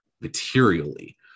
materially